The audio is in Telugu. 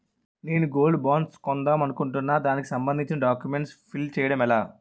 నేను గోల్డ్ బాండ్స్ కొందాం అనుకుంటున్నా దానికి సంబందించిన డాక్యుమెంట్స్ ఫిల్ చేయడం ఎలా?